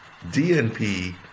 DNP